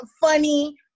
funny